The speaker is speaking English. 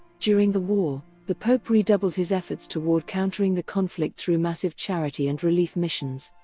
during the war, the pope redoubles his efforts toward countering the conflict through massive charity and relief missions.